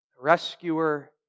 Rescuer